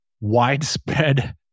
widespread